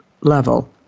level